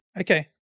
Okay